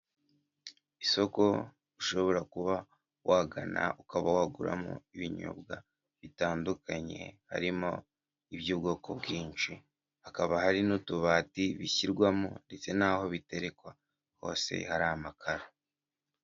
Isoko ushobora kuba wagana ukaba waguramo ibinyobwa bitandukanye harimo iby'ubwoko bwinshi, hakaba hari n'utubati bishyirwamo ndetse n'aho biterekwa hose hari amakaro.